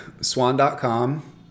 Swan.com